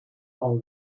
all